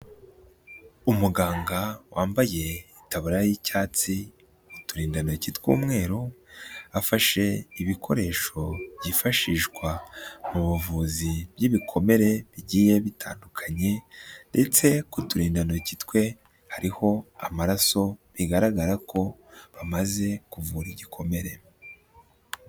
Umuganga wambaye itaburiya y'icyatsi, uturindantoki tw'umweru, afashe ibikoresho byifashishwa mu buvuzi bw'ibikomere bigiye bitandukanye ndetse ku turindantoki twe hariho amaraso bigaragara ko amaze kuvura igikomere.